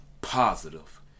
positive